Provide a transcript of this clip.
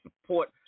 support